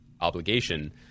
obligation